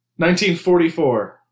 1944